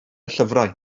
llyfrau